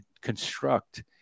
construct